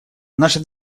наше